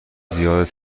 زیاد